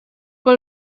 per